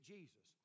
Jesus